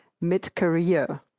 mid-career